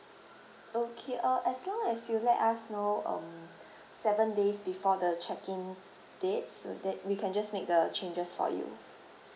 okay uh as long as you let us know um seven days before the check in date so that we can just make the changes for you